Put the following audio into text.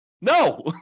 No